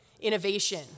Innovation